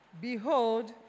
Behold